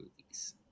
movies